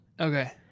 Okay